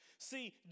See